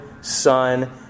Son